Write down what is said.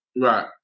right